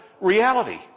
reality